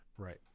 Right